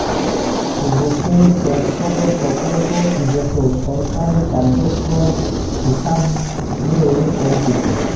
গটে পেনশনের প্রকল্প যেটো সরকারি কার্যক্রম হিসবরে পরিচিত